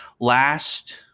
Last